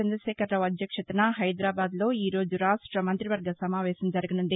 చంద్రశేఖరరావు అధ్యక్షతన హైదరాబాద్లో ఈ రోజు రాష్ట్ర మంతి వర్గ సమావేశం జరగనుంది